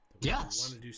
Yes